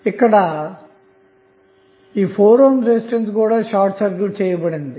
ఇక్కడ ఈ 4 ohm resistance కూడా షార్ట్ సర్క్యూట్ చేయబడింది